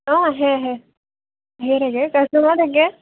অঁ আহে আহে ধেৰ থাকে কাষ্টমাৰো থাকে